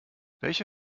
welche